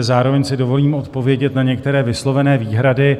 Zároveň si dovolím odpovědět na některé vyslovené výhrady.